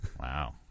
Wow